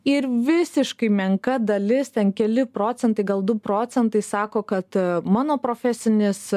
ir visiškai menka dalis ten keli procentai gal du procentai sako kad mano profesinis